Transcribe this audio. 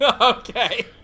Okay